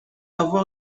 avoir